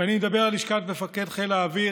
ואני מדבר על לשכת מפקד חיל האוויר,